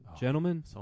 Gentlemen